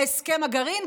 מהסכם הגרעין,